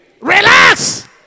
Relax